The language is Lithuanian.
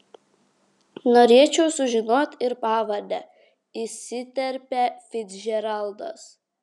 norėčiau sužinoti ir pavardę įsiterpia ficdžeraldas